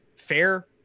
Fair